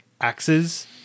axes